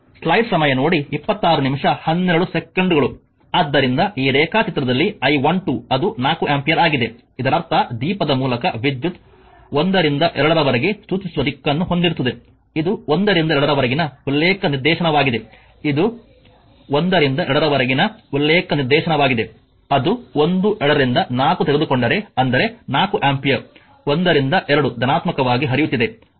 ಆದ್ದರಿಂದ ಈ ರೇಖಾಚಿತ್ರದಲ್ಲಿ I12 ಅದು 4 ಆಂಪಿಯರ್ ಆಗಿದೆ ಇದರರ್ಥ ದೀಪದ ಮೂಲಕ ವಿದ್ಯುತ್ 1 ರಿಂದ 2 ರವರೆಗೆ ಸೂಚಿಸುವ ದಿಕ್ಕನ್ನು ಹೊಂದಿರುತ್ತದೆ ಇದು 1 ರಿಂದ 2 ರವರೆಗಿನ ಉಲ್ಲೇಖ ನಿರ್ದೇಶನವಾಗಿದೆ ಇದು 1 ರಿಂದ 2 ರವರೆಗಿನ ಉಲ್ಲೇಖ ನಿರ್ದೇಶನವಾಗಿದೆ ಅದು 12 ರಿಂದ 4 ತೆಗೆದುಕೊಂಡರೆ ಅಂದರೆ ವಿದ್ಯುತ್ 4 ಆಂಪಿಯರ್ 1 ರಿಂದ 2 ಧನಾತ್ಮಕವಾಗಿ ಹರಿಯುತ್ತಿದೆ